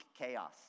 chaos